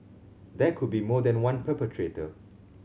there could be more than one perpetrator